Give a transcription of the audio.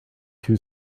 two